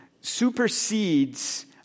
supersedes